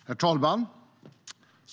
Herr talman!